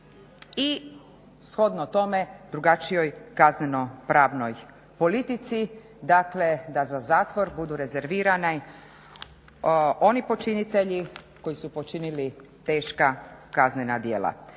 i shodno tome drugačijoj kazneno-pravnoj politici. Dakle, da za zatvor budu rezervirani oni počinitelji koji su počinili teška kaznena djela.